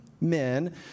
Men